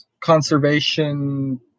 conservation